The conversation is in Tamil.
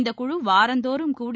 இந்த குழு வாரந்தோறும் கூடி